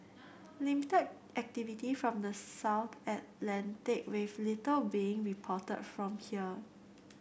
limited activity from the South Atlantic with little being reported from here